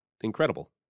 incredible